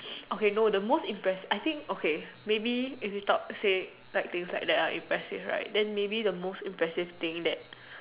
okay no the most impressive I think okay maybe if you talk say like things like that impressive right then maybe the most impressive thing that